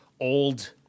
old